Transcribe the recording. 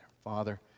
Father